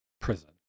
prison